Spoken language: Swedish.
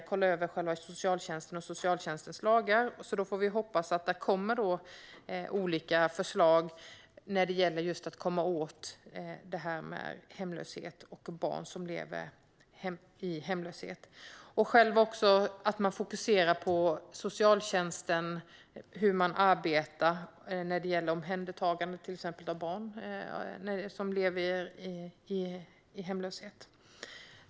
Man kollar över själva socialtjänsten och socialtjänstens lagar. Då får vi hoppas att det kommer olika förslag när det gäller att komma åt det här med hemlöshet och barn som lever i hemlöshet. Det gäller också att man fokuserar på socialtjänsten och hur man arbetar till exempel när det gäller omhändertagande av barn som lever i hemlöshet.